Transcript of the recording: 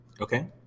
Okay